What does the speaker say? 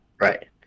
Right